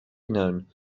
known